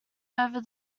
over